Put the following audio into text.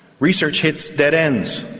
research hits dead ends,